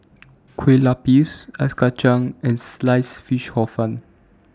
Kueh Lapis Ice Kacang and Sliced Fish Hor Fun